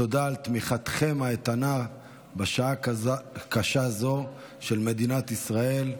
תודה על תמיכתכם האיתנה בשעה קשה זו של מדינת ישראל.